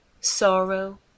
sorrow